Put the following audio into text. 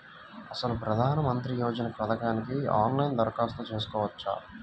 అసలు ప్రధాన మంత్రి యోజన పథకానికి ఆన్లైన్లో దరఖాస్తు చేసుకోవచ్చా?